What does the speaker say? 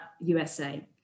USA